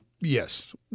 Yes